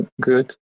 good